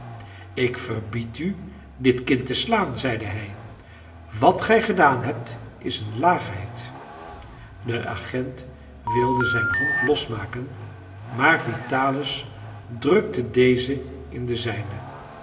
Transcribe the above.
ik verbied u dit kind te slaan zeide hij wat gij gedaan hebt is een laagheid de agent wilde zijn hand losmaken maar vitalis drukte deze in de zijne